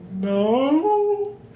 No